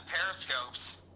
periscopes